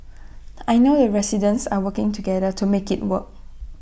I know the residents are working together to make IT work